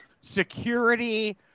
security